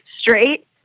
straight